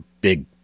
big